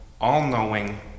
all-knowing